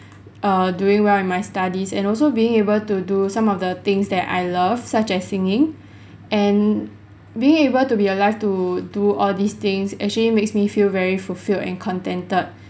err doing well in my studies and also being able to do some of the things that I love such as singing and being able to be alive to do all these things actually makes me feel very fulfilled and contented